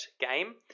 game